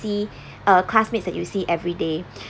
see uh classmates that you see every day